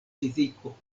fiziko